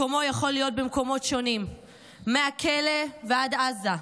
מקומו יכול להיות במקומות שונים, מהכלא ועד עזה,